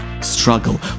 struggle